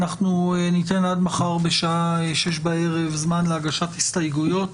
אנחנו ניתן עד מחר בשעה שש בערב זמן להגשת הסתייגויות